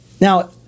Now